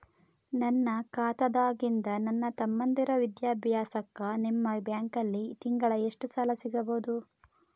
ನನ್ನ ಖಾತಾದಾಗಿಂದ ನನ್ನ ತಮ್ಮಂದಿರ ವಿದ್ಯಾಭ್ಯಾಸಕ್ಕ ನಿಮ್ಮ ಬ್ಯಾಂಕಲ್ಲಿ ತಿಂಗಳ ಎಷ್ಟು ಸಾಲ ಸಿಗಬಹುದು?